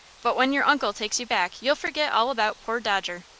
but when your uncle takes you back you'll forget all about poor dodger.